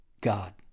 God